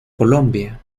colombia